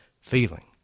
Feeling